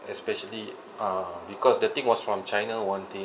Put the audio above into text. especially uh because the thing was from china one thing